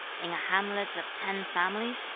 in a hamlet of ten families,